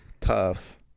Tough